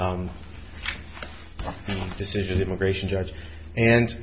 new decision immigration judge and